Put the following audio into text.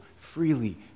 freely